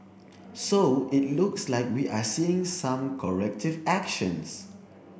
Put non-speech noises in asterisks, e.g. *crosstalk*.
*noise* so it looks like we are seeing some corrective actions